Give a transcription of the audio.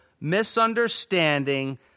misunderstanding